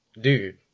dude